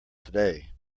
today